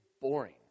boring